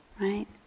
Right